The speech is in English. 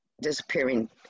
disappearing